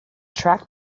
track